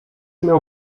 miał